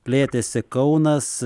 plėtėsi kaunas